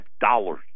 dollars